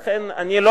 אבל מה